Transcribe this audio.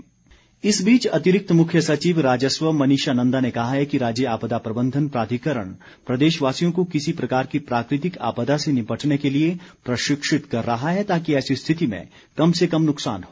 मनीषा नंदा इस बीच अतिरिक्त मुख्य सचिव राजस्व मनीषा नंदा ने कहा है कि राज्य आपदा प्रबंधन प्राधिकरण प्रदेशवासियों को किसी प्रकार की प्राकृतिक आपदा से निपटने के लिए प्रशिक्षित कर रहा है ताकि ऐसी स्थिति में कम से कम नुकसान हो